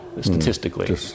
statistically